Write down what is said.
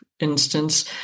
instance